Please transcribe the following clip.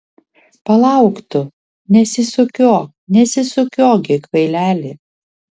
palauk tu nesisukiok nesisukiok gi kvaileli